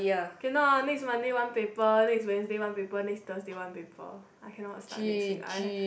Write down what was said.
cannot next Monday one paper next Wednesday one paper next Thursday one paper I cannot start next week I